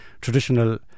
traditional